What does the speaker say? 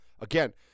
Again